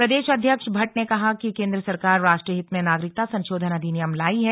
प्रदेश अध्यक्ष भट्ट ने कहा कि केंद्र सरकार राष्ट्रहित में नागरिकता संशोधन अधिनियम लायी है